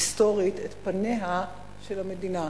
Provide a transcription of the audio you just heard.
היסטורית, את פניה של המדינה,